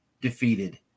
defeated